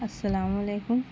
السلام علیکم